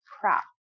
crap